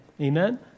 Amen